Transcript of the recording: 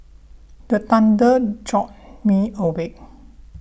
the thunder jolt me awake